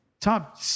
top